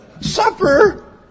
Supper